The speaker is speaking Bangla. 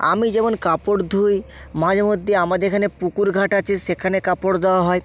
আমি যেমন কাপড় ধুই মাঝে মধ্যে আমাদের এখানে পুকুর ঘাট আছে সেখানে কাপড় ধোয়া হয়